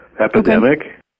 epidemic